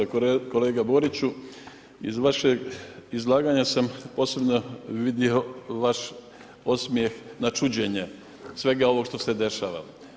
Kolega Boriću, iz vašeg izlaganja sam posebno vidio vaš osmijeh na čuđenje, svega ovog što se dešava.